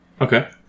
Okay